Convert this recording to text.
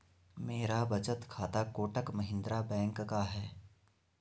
मेरा बचत खाता कोटक महिंद्रा बैंक का है